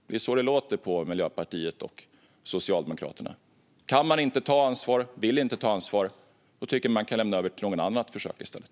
Det är så det låter på Miljöpartiet och Socialdemokraterna. Kan man inte och vill man inte ta ansvar tycker jag att man kan lämna över till någon annan att försöka i stället.